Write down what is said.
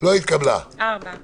הצבעה הרוויזיה לא אושרה.